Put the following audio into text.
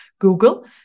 Google